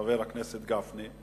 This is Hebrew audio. חבר הכנסת גפני,